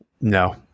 no